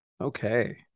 okay